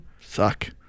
Suck